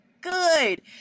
good